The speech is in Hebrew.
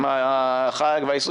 עם החג והאסרו,